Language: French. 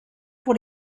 pour